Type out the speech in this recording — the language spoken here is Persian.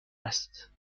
است